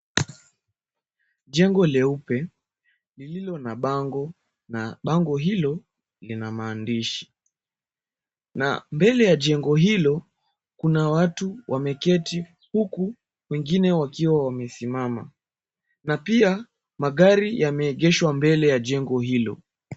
Jengo leupe lililo na bango na bango hilo lina maandishi na mbele ya jengo hilo, kuna watu wameketi huku wengine wakiwa wamesimama na pia magari yameegeshwa mbele ya jengo hilo.